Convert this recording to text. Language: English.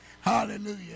Hallelujah